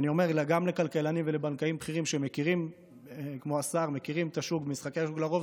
אני אומר גם לכלכלנים ולבנקאים בכירים שכמו השר מכירים את השוק: לרוב,